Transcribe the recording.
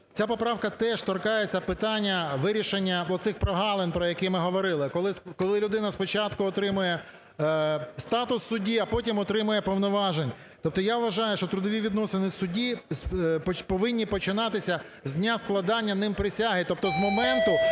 ця поправка теж торкається питання вирішення оцих прогалин, про які ми говорили: коли людина спочатку отримує статут судді, а потім отримує повноважень. Тобто я вважаю, що трудові відносини судді повинні починатися з дня складання ним присяги, тобто з моменту,